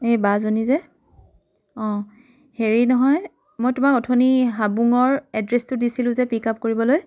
এই বা জনী যে অঁ হেৰি নহয় মই তোমাক অথনি হাবুঙৰ এড্ৰেছটো দিছিলোঁ যে পিক আপ্ কৰিবলৈ